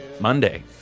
Monday